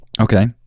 Okay